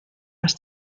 las